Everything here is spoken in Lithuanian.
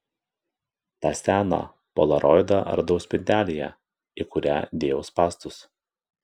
tą seną polaroidą radau spintelėje į kurią dėjau spąstus